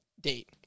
date